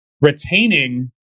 retaining